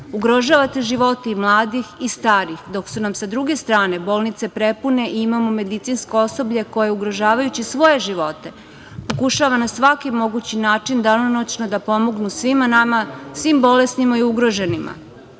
ugrožavate živote i mladih i starih, dok su nam sa druge strane bolnice prepune i imamo medicinsko osoblje koje, ugrožavajući svoje živote, pokušava na svaki mogući način danonoćno da pomognu svima nama, svim bolesnima i ugroženima. Apelujem